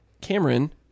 Cameron